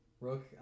Rook